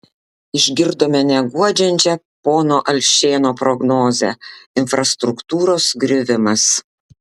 išgirdome neguodžiančią pono alšėno prognozę infrastruktūros griuvimas